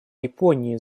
японии